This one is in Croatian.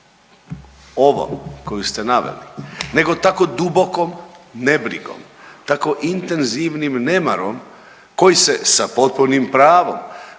ova koju ste naveli, nego tako dubokom nebrigom, tako intenzivnim nemarom koji se sa potpunim pravom